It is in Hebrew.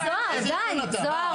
די זוהר, די, זהר מספיק.